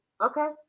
okay